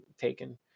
taken